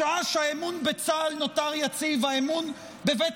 בשעה שהאמון בצה"ל נותר יציב והאמון בבית